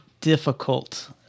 difficult